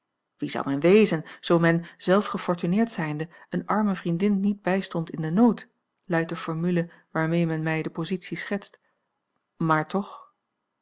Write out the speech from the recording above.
wie zou men wezen zoo men zelf gefortuneerd zijnde eene arme vriendin niet bijstond in den nood luidt de formule waarmee men mij de positie schetst maar toch